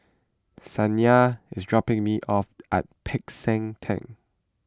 Shaniya is dropping me off at Peck San theng